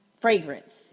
Fragrance